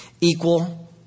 equal